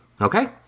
Okay